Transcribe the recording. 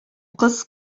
кыз